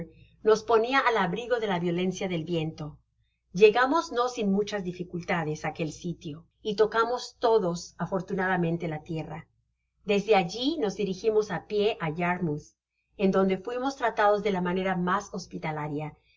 nos ponía al abrigo de la violencia del viento llegamos no sin machas dificultades á aquel sitio y tocamos todos afortunadamente la tierra desde allí nos dirigimos á pié á yarmouth en donde fuimos tratados de la manera mas hospitalaria